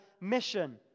mission